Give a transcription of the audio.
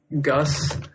Gus